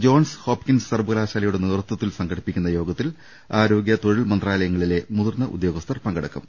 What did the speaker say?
John's Hopkins സർവകലാശാലയുടെ നേതൃത്വത്തിൽ സംഘടിപ്പിക്കുന്ന യോഗത്തിൽ ആരോഗ്യ തൊഴിൽ മന്ത്രാലയങ്ങളിലെ മുതിർന്ന ഉദ്യോഗ സ്ഥരും പങ്കെടുക്കും